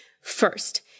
First